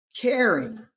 caring